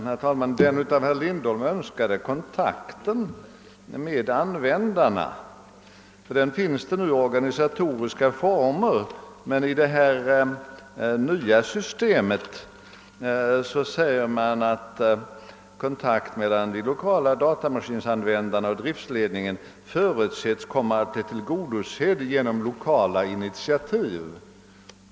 Herr talman! För den av herr Lindholm önskade kontakten med användarna finns det nu organisatoriska former, men om det nya systemet säger man i utskottsutlåtandet att »kontakt mellan de lokala datamaskinanvändarna och driftledningen förutsätts komma att bli tillgodosedd genom lokala initiativ».